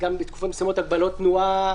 בתקופות מסוימות הגבלות תנועה,